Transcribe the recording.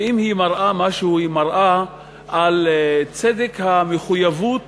ושאם היא מראה משהו, היא מראה על צדק המחויבות